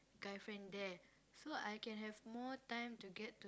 guy friend there so I can have more time to get to